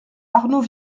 arnaud